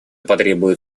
потребует